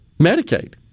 Medicaid